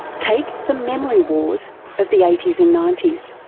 take the memory wars of the eighty s and ninety s.